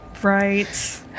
right